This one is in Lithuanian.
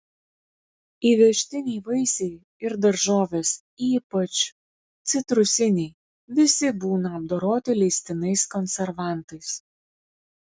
įvežtiniai vaisiai ir daržovės ypač citrusiniai visi būna apdoroti leistinais konservantais